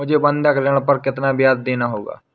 मुझे बंधक ऋण पर कितना ब्याज़ देना होगा?